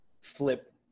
flip